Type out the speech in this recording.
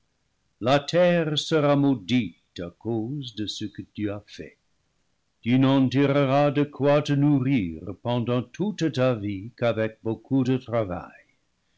la terre sera maudite à cause de ce que tu as fait tu n'en tireras de quoi te nourrir pendant toute ta vie qu'avec beaucoup de travail